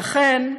"לכן,